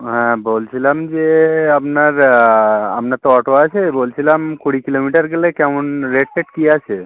হ্যাঁ বলছিলাম যে আপনার আমনার তো অটো আছে বলছিলাম কুড়ি কিলোমিটার গেলে কেমন রেট ফেট কী আছে